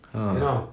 ah